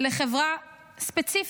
לחברה ספציפית.